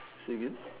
say again